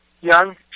Young